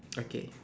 okay